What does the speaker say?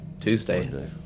Tuesday